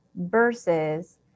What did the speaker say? versus